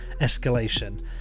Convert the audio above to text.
escalation